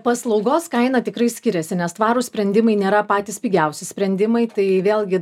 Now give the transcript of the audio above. paslaugos kaina tikrai skiriasi nes tvarūs sprendimai nėra patys pigiausi sprendimai tai vėlgi